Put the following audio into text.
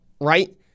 right